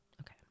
Okay